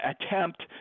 attempt